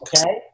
Okay